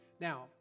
Now